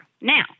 Now